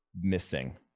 missing